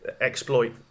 exploit